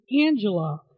Angela